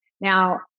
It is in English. Now